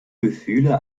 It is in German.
gefühle